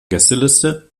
gästeliste